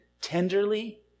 tenderly